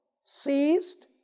seized